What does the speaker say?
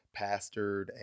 pastored